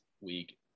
week